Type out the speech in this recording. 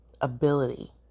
ability